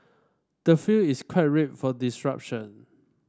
the field is quite ripe for disruption